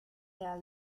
der